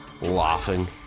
laughing